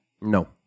No